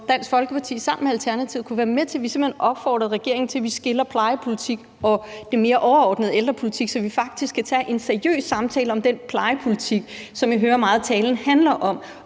Dansk Folkeparti sammen med Alternativet kunne være med til, at vi simpelt hen opfordrede regeringen til, at vi skiller plejepolitikken og den mere overordnede ældrepolitik ad, så vi faktisk kan tage en seriøs samtale om den plejepolitik, som vi hører meget af talen handler om,